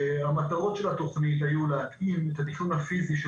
המטרות של התכנית היו להתאים את התכנון הפיסי של